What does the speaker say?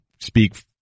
speak